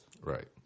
Right